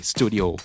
Studio